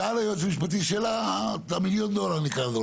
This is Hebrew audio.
שאל היועץ המשפטי שאלת המיליון דולר נקרא לזה,